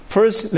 First